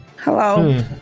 Hello